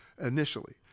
initially